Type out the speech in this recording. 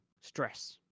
stress